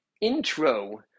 intro